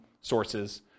sources